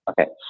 Okay